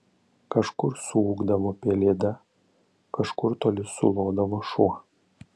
kažkur suūkdavo pelėda kažkur toli sulodavo šuo